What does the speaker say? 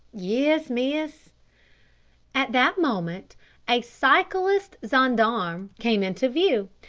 yes, miss. at that moment a cyclist gendarme came into view.